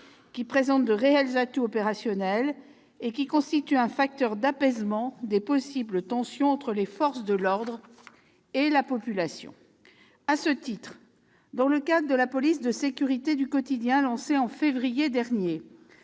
qui présente de réels atouts opérationnels et qui constitue un facteur d'apaisement des possibles tensions entre les forces de l'ordre et la population. À ce titre, dans le cadre de la police de sécurité du quotidien lancée en février dernier,